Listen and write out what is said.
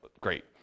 great